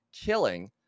killing